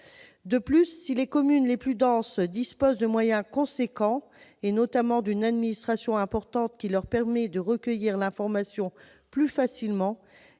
De plus, si les communes les plus denses disposent de moyens importants, notamment d'une administration étoffée qui leur permet de recueillir l'information plus facilement